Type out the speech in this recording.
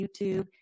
YouTube